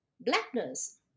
blackness